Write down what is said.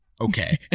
okay